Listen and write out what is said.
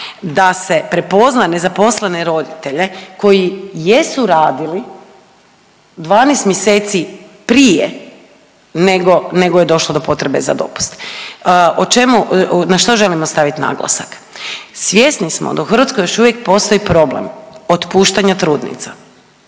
da se prepozna nezaposlene roditelje koji jesu radili 12 mjeseci prije nego, nego je došlo do potrebe za dopust. O čemu, na što želimo staviti naglasak? Svjesni smo da u Hrvatskoj još uvijek postoji problem otpuštanja trudnica.